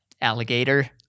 Alligator